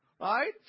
right